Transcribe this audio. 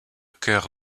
cœur